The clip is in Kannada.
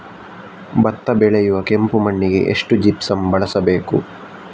ಭತ್ತ ಬೆಳೆಯುವ ಕೆಂಪು ಮಣ್ಣಿಗೆ ಎಷ್ಟು ಜಿಪ್ಸಮ್ ಬಳಸಬೇಕು?